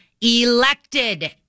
elected